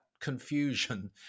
confusion